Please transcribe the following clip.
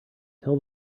tell